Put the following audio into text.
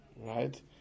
right